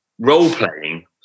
role-playing